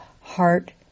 heart